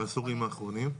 בעשורים האחרונים.